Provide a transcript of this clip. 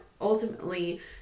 ultimately